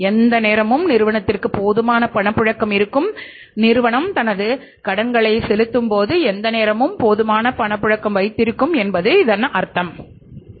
எந்த நேரமும் நிறுவனத்திற்கு போதுமான பணப்புழக்கம் இருக்கும் நிறுவனம் தனது கடன்களை செலுத்தும்போது எந்த நேரமும் போதுமான பணப்புழக்கம் வைத்திருக்கும் என்பது இதன் அர்த்தம் ஆகும்